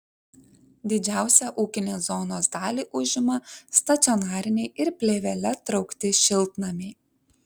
didžiausią ūkinės zonos dalį užima stacionariniai ir plėvele traukti šiltnamiai